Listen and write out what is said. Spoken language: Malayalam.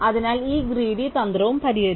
അതിനാൽ ഈ ഗ്രീഡി തന്ത്രവും പരിഹരിച്ചു